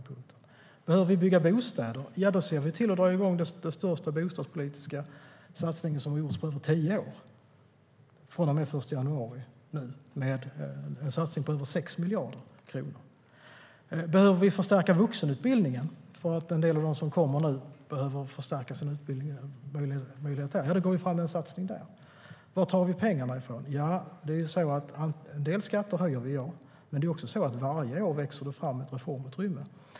Behöver vi bygga bostäder ser vi till att dra igång den största bostadspolitiska satsning som har gjorts på över tio år. Det gör vi från och med den 1 januari; det är en satsning på över 6 miljarder kronor. Behöver vi förstärka vuxenutbildningen för att en del av dem som nu kommer behöver förstärka sina utbildningsmöjligheter går vi fram med en satsning där. Var tar vi pengarna ifrån? En del skatter höjer vi, ja, men det är också så att det varje år växer fram ett reformutrymme.